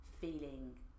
feeling